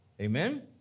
Amen